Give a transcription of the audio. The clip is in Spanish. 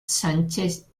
sánchez